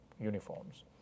uniforms